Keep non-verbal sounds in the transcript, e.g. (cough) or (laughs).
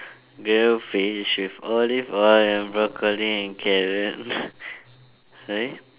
grill fish with olive oil and broccoli and carrot (laughs) sorry